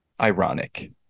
ironic